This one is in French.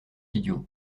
idiot